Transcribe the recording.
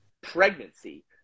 pregnancy